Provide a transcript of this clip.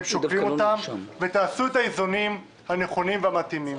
שוקלים ותעשו את האיזונים הנכונים והמתאימים.